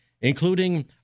including